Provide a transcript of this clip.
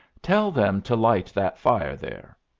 tell them to light that fire there.